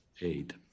aid